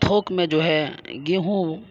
تھوک میں جو ہے گیہوں